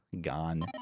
gone